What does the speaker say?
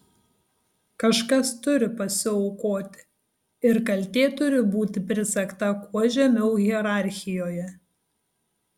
kažkas turi pasiaukoti ir kaltė turi būti prisegta kuo žemiau hierarchijoje